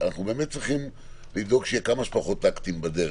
אנחנו באמת צריכים לדאוג שיהיו כמה פחות טאקטים בדרך.